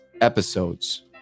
episodes